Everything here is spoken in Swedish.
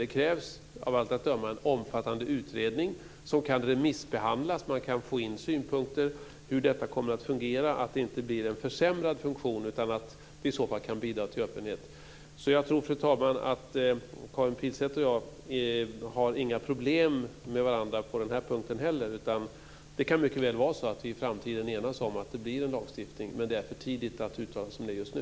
Det krävs av allt att döma en omfattande utredning som kan remissbehandlas. Man kan få in synpunkter på hur detta kommer att fungera. Det får inte bli en försämrad funktion, utan det måste bidra till öppenhet. Fru talman! Jag tror inte att Karin Pilsäter och jag har några problem med varandra på den här punkten heller. Det kan mycket väl vara så att vi i framtiden enas om att det blir en lagstiftning. Men det är för tidigt att uttala sig om det just nu.